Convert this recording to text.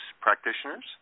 practitioners